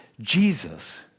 Jesus